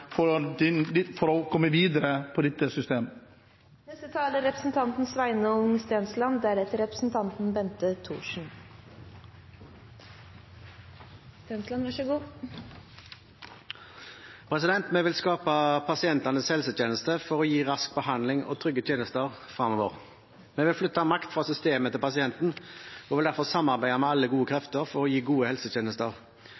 har den rette politikken for å komme videre med dette systemet. Vi vil skape pasientens helsetjeneste for å gi rask behandling og trygge tjenester fremover. Vi vil flytte makt fra systemet til pasienten og vil derfor samarbeide med alle gode